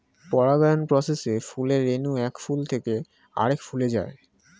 পরাগায়ন প্রসেসে ফুলের রেণু এক ফুল থেকে আরেক ফুলে যায়